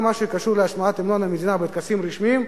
מה שקשור להשמעת המנון המדינה בטקסים רשמיים,